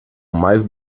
mais